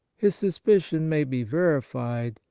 his sus picion may be verified,